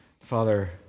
Father